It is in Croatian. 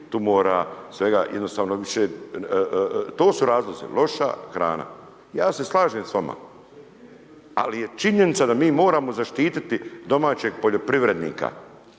tumora, svega, jednostavno više, to su razlozi, loša hrana. Ja se slažem s vama ali je činjenica da mi moramo zaštititi domaćeg poljoprivrednika.